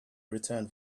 returned